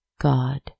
god